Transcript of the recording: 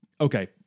Okay